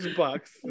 bucks